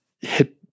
hit